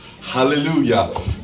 hallelujah